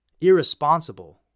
irresponsible